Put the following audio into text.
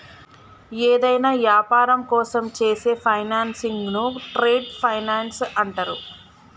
యేదైనా యాపారం కోసం చేసే ఫైనాన్సింగ్ను ట్రేడ్ ఫైనాన్స్ అంటరు